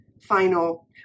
final